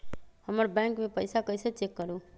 हमर बैंक में पईसा कईसे चेक करु?